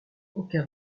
aucun